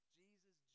jesus